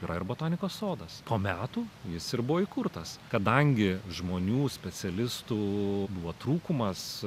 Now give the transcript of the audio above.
yra ir botanikos sodas po metų jis ir buvo įkurtas kadangi žmonių specialistų buvo trūkumas